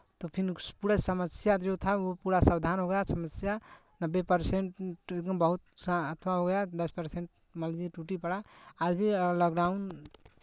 तो फिर पूरे समस्या जो था वो पूरा सावधान हो गया समस्या नब्बे पर्सेंट एकदम बहुत नुकसान अथवा हो गया दस पर्सेंट मान लीजिए टूटी पड़ा आज भी लाॅकडाउन